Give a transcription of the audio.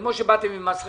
כמו שבאתם עם מס רכישה,